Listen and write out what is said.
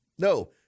No